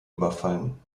überfallen